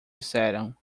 disseram